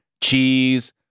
cheese